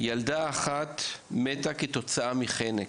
ילדה אחת מתה כתוצאה מחנק,